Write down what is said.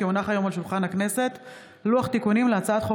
כי הונח היום על שולחן הכנסת לוח תיקונים להצעת חוק